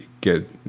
get